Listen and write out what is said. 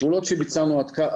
הפעולות שביצענו עד כה,